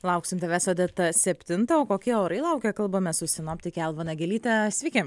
lauksim tavęs odeta septintą o kokie orai laukia kalbamės su sinoptike alva nagelyte sveiki